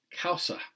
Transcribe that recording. Kausa